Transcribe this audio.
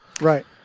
Right